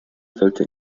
sollte